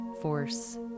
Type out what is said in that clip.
force